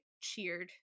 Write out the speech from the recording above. cheered